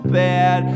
bad